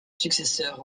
successeurs